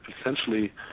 Essentially